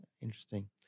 interesting